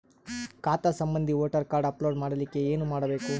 ಖಾತಾ ಸಂಬಂಧಿ voter card upload ಮಾಡಲಿಕ್ಕೆ ಏನ ಮಾಡಬೇಕು?